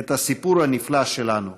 את הסיפור הנפלא שלנו.